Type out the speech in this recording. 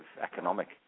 economic